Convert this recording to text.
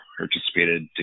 participated